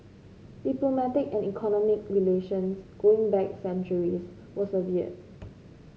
diplomatic and economic relations going back centuries were severed